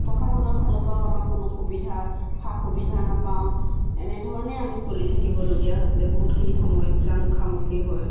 প্ৰশাসনৰ ফালৰ পৰাও আমাক কোনো সুবিধা সা সুবিধা নাপাওঁ এনেধৰণেই আমি চলি থাকিবলগীয়া হৈছে বহুতখিনি সমস্যাৰ মুখামুখি হৈ